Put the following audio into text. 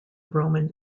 roman